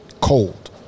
Cold